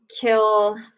kill